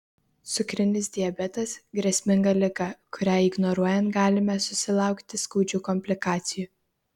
cukrinis diabetas grėsminga liga kurią ignoruojant galime susilaukti skaudžių komplikacijų